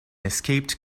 escaped